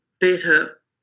better